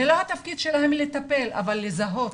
זה לא התפקיד שלהם לטפל, אבל לזהות.